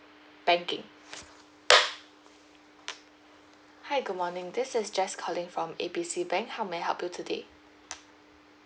banking hi good morning this is jess calling from A B C bank how may I help you today